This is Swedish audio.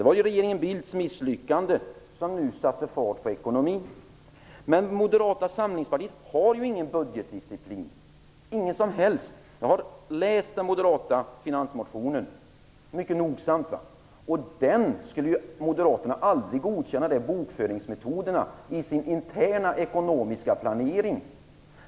Det var ju regeringen Bildts misslyckande som satte fart på ekonomin. Men Moderata samlingspartiet har ju ingen som helst budgetdisciplin. Jag har läst den moderata finansmotionen mycket noga. Moderaterna skulle aldrig godkänna de bokföringsmetoderna i sin interna ekonomiska planering.